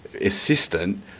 assistant